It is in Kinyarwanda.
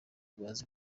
bazi